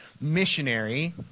missionary